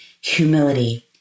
humility